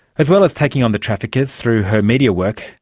as well as taking on the traffickers through her media work,